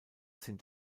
sind